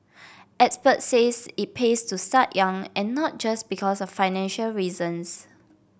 experts said it pays to start young and not just because of financial reasons